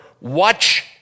watch